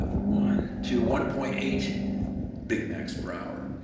one to one point eight big macs per hour.